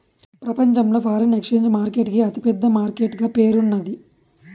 ప్రపంచంలో foreign exchange market కి అతి పెద్ద మార్కెట్ గా పేరున్నాది